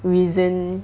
reason